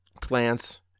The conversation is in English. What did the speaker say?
plants